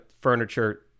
Furniture